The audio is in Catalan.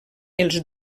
els